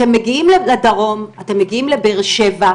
אתם מגיעים לדרום, אתם מגיעים לבאר שבע,